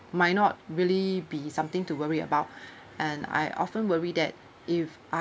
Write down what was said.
might not really be something to worry about and I often worry that if